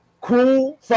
Cool